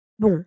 Bon